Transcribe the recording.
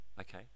Okay